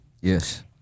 yes